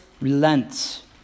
relents